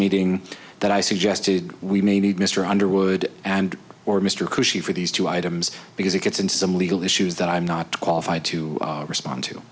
meeting that i suggested we maybe mr underwood and or mr cushy for these two items because it gets into some legal issues that i'm not qualified to respond to